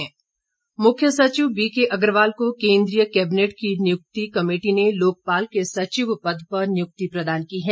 नियुक्ति मुख्य सचिव बीकेअग्रवाल को केन्द्रीय कैबिनेट की नियुक्ति कमेटी ने लोकपाल के सचिव पद पर नियुक्ति प्रदान की है